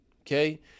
Okay